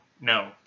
No